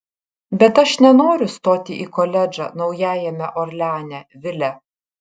bet aš nenoriu stoti į koledžą naujajame orleane vile